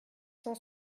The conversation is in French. cent